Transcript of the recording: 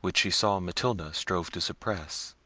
which she saw matilda strove to suppress,